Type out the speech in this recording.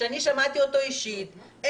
שמעתי אותו אישית,